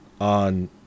On